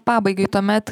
pabaigai tuomet